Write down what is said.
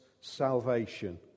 salvation